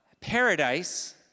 paradise